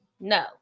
no